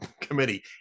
committee